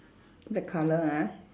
black colour ah